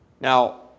Now